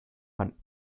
man